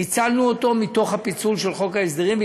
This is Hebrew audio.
פיצלנו אותו מתוך הפיצול של חוק ההסדרים,